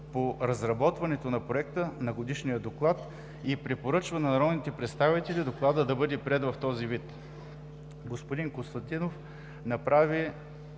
по разработване на Проекта на годишен доклад и препоръчва на народните представители Докладът да бъде приет в този вид. Господин Костадинов направи